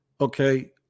Okay